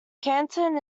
canton